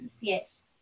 Yes